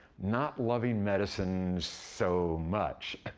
not loving medicine so much.